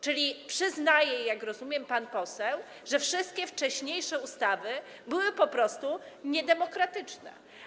Czyli przyznaje, jak rozumiem, pan poseł, że wszystkie wcześniejsze ustawy były po prostu niedemokratyczne.